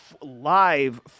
live